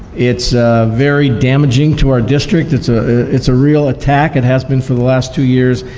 it's very damaging to our district. it's ah it's a real attack, it has been for the last two years,